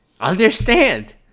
understand